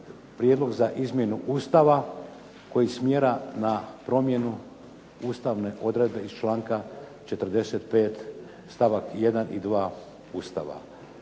prijedlog za izmjenu Ustava koji smjera na promjenu ustavne odredbe iz članka 45. stavak 1. i 2. Ustava.